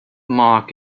mark